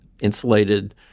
insulated